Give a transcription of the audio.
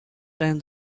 time